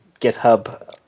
GitHub